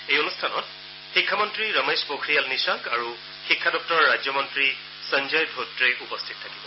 এই অনুষ্ঠানত শিক্ষামন্ত্ৰী ৰমেশ পোখৰিয়াল নিশাংক আৰু শিক্ষা ৰাজ্য মন্ত্ৰী সঞ্জয় ধোত্ৰে উপস্থিত থাকিব